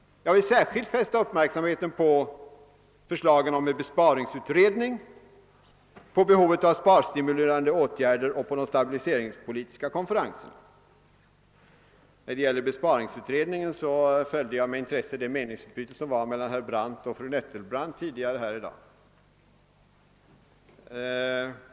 Jag vill särskilt fästa uppmärksamheten på förslaget om besparingsutredning, på behovet av sparstimulerande åtgärder och på de stabiliseringspolitiska konferenserna. När det gäller besparingsutredningen följde jag med intresse meningsutbytet mellan herr Brandt och fru Nettelbrandt tidigare i dag.